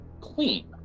Clean